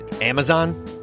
Amazon